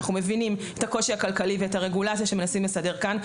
אנחנו מבינים את הקושי הכלכלי ואת הרגולציה שמנסים לסדר כאן.